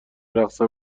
رقص